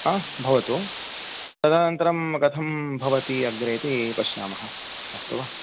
हा भवतु तदनन्तरं कथं भवति अग्रे इति पश्यामः अस्तु वा